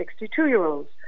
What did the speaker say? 62-year-olds